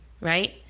Right